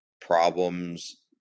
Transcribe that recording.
problems